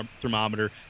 thermometer